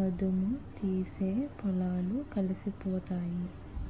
మధుముతీస్తే పొలాలు కలిసిపోతాయి